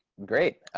great.